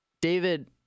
David